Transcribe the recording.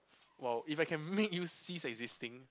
!wow! if I can make you cease existing